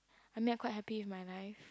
I mean I quite happy with my life